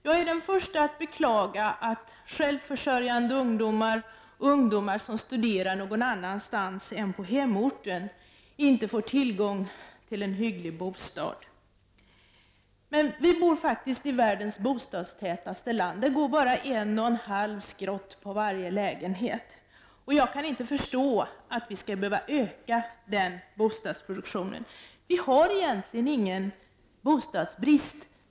Jag är den förste att beklaga att självförsörjande ungdomar och ungdomar som studerar någon annanstans än på hemorten inte får tillgång till en hygglig bostad. Men vi bor faktiskt i världens bostadstätaste land. Det går bara en och en halv skrott på varje lägenhet. Jag kan inte förstå att vi skall behöva öka bostadsproduktionen. Vi har egentligen ingen bostadsbrist.